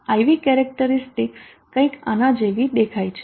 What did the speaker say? I V characteristics કંઈક આના જેવી દેખાય છે